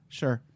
sure